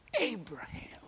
Abraham